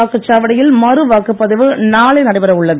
வாக்குச்சாவடியில் மறு வாக்குப்பதிவு நாளை நடைபெற உள்ளது